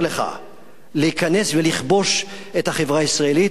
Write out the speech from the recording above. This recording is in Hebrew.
לך להיכנס ולכבוש את החברה הישראלית.